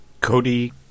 Cody